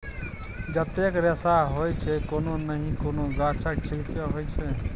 जतेक रेशा होइ छै कोनो नहि कोनो गाछक छिल्के होइ छै